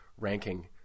ranking